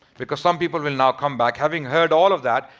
because some people will now come back, having heard all of that.